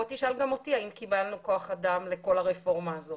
בוא תשאל גם אותי האם קיבלנו כוח אדם לכל הרפורמה הזו